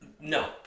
No